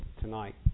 tonight